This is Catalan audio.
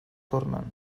tornen